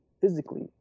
physically